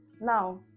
now